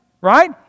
Right